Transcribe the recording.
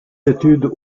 études